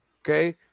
Okay